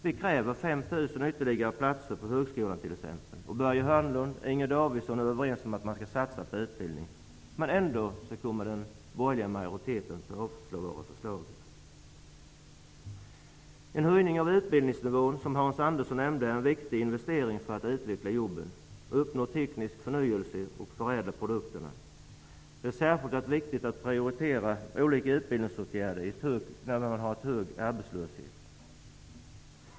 Vi kräver t.ex. ytterligare 5 000 Hörnlund är överens om att man skall satsa på utbildning, men ändå kommer den borgerliga majoriteten att avslå våra förslag. En höjning av utbildningsnivån är, som Hans Andersson nämnde, en viktig investering för att utveckla jobben, uppnå teknisk förnyelse och förädla produkterna. Det är särskilt viktigt att prioritera olika utbildningsåtgärder i ett läge med hög arbetslöshet.